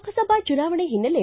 ಲೋಕಸಭಾ ಚುನಾವಣೆ ಹಿನ್ನೆಲೆ